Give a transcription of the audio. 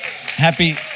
Happy